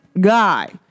guy